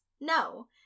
No